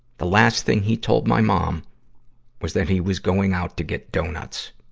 the last thing he told my mom was that he was going out to get doughnuts.